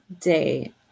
day